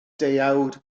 deuawd